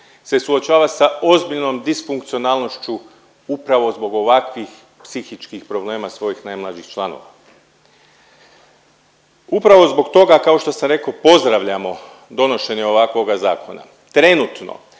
se suočava sa ozbiljnom disfunkcionalnošću upravo zbog ovakvih psihičkih problema svojih najmlađih članova. Upravo zbog toga kao što sam rekao pozdravljamo donošenje ovakvoga zakona. Trenutno